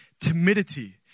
timidity